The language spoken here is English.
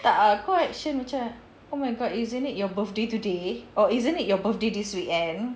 tak ah kau action macam oh my god isn't it your birthday today or isn't it your birthday this weekend